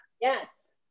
yes